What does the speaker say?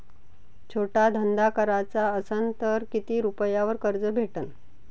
छोटा धंदा कराचा असन तर किती रुप्यावर कर्ज भेटन?